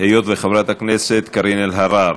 היות שחברת הכנסת קארין אלהרר